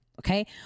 Okay